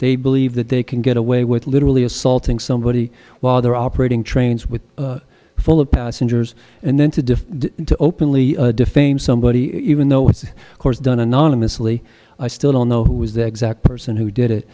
they believe that they can get away with literally assaulting somebody while they're operating trains with full of passengers and then to defer to openly defame somebody even though it's course done anonymously i still don't know who was the exact person who did it